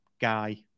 guy